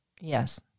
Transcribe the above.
yes